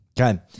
Okay